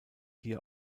hier